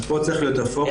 אז פה צריך להיות הפוקוס.